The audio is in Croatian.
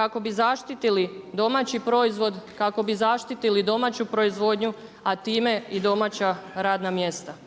kako bi zaštitili domaći proizvod, kako bi zaštitili domaću proizvodnju, a time i domaća radna mjesta.